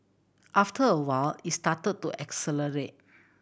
after a while it started to